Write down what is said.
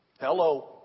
Hello